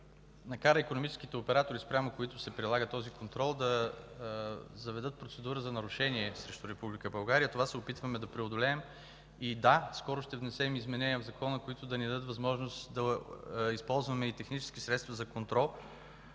накара икономическите оператори, спрямо които се прилага този контрол, да заведат процедура за нарушение срещу Република България. Това се опитваме да преодолеем. Скоро ще внесем изменения в Закона, които да ни дадат възможност да използваме технически средства за контрол.